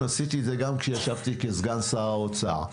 עשיתי את זה גם שישבתי כסגן שר האוצר,